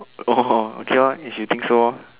oh okay lor if you think so ah